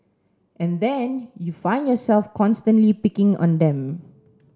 and then you find yourself constantly picking on them